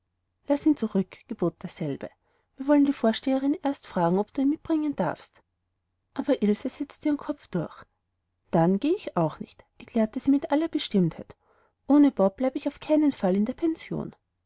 laß ihn zurück gebot derselbe wir wollen die vorsteherin erst fragen ob du ihn mitbringen darfst aber ilse setzte ihren kopf auf dann gehe ich auch nicht erklärte sie mit aller bestimmtheit ohne bob bleibe ich auf keinen fall in der pension